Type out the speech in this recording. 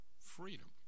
freedom